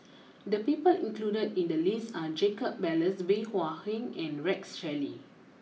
the people included in the list are Jacob Ballas Bey Hua Heng and Rex Shelley